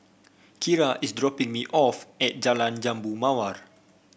Kira is dropping me off at Jalan Jambu Mawar